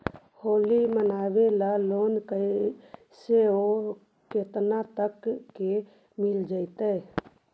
होली मनाबे ल लोन कैसे औ केतना तक के मिल जैतै?